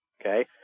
okay